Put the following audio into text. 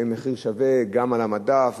שיהיה מחיר שווה גם על המדף,